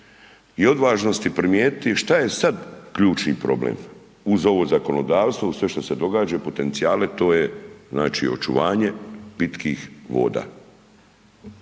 i odvažnosti primijetiti šta je sad ključni problem uz ovo zakonodavstvo, uz sve što se događa i potencijale, to je očuvanje pitkih voda.